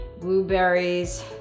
blueberries